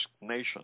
nation